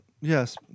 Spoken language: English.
yes